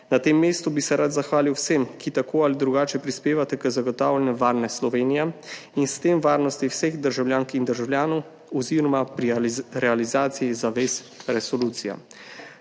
Na tem mestu bi se rad zahvalil vsem, ki tako ali drugače prispevate k zagotavljanju varne Slovenije in s tem k varnosti vseh državljank in državljanov oziroma pri realizaciji zavez resolucije.